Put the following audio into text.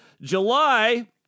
July